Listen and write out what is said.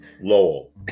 Lowell